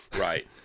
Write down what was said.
Right